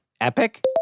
epic